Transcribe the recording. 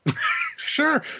Sure